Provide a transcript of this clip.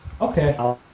Okay